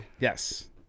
Yes